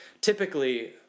typically